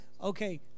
okay